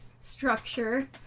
Structure